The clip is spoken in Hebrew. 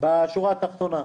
בשורה התחתונה,